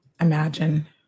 imagine